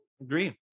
agree